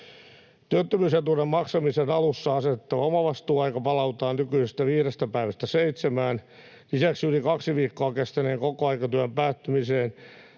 Työttömyysetuuden maksamisen alussa asetettava omavastuuaika palautetaan nykyisestä viidestä päivästä seitsemään. Lisäksi yli kaksi viikkoa kestäneen kokoaikatyön päättymiseen